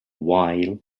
while